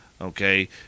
okay